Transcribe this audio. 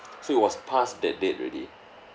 so it was past that date already